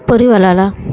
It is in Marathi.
परिवाराला